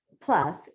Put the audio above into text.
plus